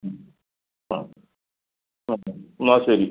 ആ ഓക്കെ എന്നാൽ ശരി